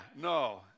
no